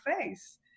face